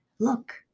look